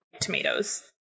tomatoes